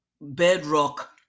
bedrock